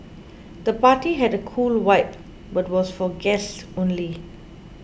the party had a cool vibe but was for guests only